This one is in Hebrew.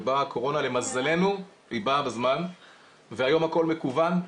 באה הקורונה למזלנו בזמן והיום הכול מקוון.